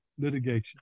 litigation